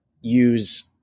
use